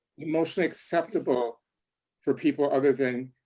emotionally acceptable for people other than